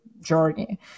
journey